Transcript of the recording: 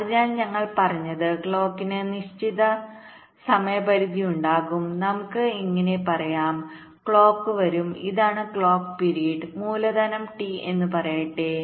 അതിനാൽ ഞങ്ങൾ പറഞ്ഞത് ക്ലോക്കിന് നിശ്ചിത സമയപരിധിയുണ്ടാകും നമുക്ക് ഇങ്ങനെ പറയാം ക്ലോക്ക് വരും ഇതാണ് ക്ലോക്ക് പിരീഡ് മൂലധനം ടി എന്ന് പറയട്ടെ